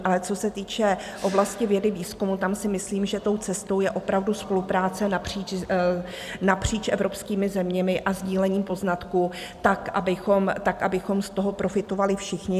Ale co se týče oblasti vědy výzkumu, tam si myslím, že tou cestou je opravdu spolupráce napříč evropskými zeměmi a sdílení poznatků tak, abychom z toho profitovali všichni.